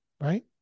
Right